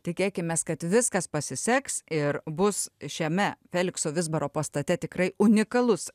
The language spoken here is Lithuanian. tikėkimės kad viskas pasiseks ir bus šiame felikso vizbaro pastate tikrai unikalus